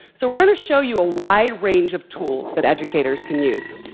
so we're gonna show you a wide range of tools that educators can use.